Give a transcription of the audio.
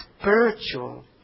spiritual